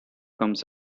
comes